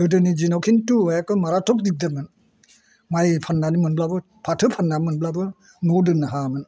गोदोनि दिनाव खिन्थु एखे माराथख दिगदारमोन माइ फान्नानै मोनब्लाबो फाथो फान्नानै मोनब्लाबो न'आव दोननो हायामोन